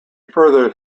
further